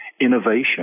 Innovation